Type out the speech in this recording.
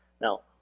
Now